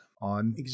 on